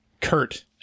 Kurt